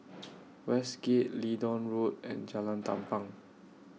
Westgate Leedon Road and Jalan Tampang